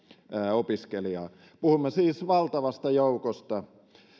opiskelijaa puhumme siis valtavasta joukosta